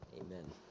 Amen